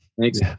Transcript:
thanks